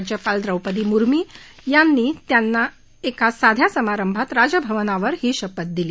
राज्यपाल द्रौपदी मुर्मी यांनी एका साध्या समारंभात राजभवनावर त्यांना ही शपथ दिली